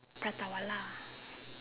Prata-Wala